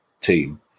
team